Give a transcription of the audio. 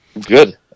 good